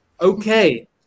okay